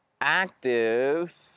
active